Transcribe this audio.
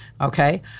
Okay